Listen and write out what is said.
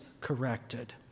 corrected